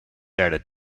have